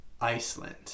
Iceland